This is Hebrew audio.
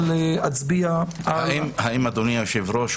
האם אדוני היושב-ראש,